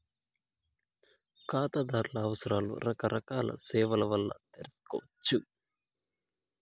కాతాదార్ల అవసరాలు రకరకాల సేవల్ల వల్ల తెర్సొచ్చు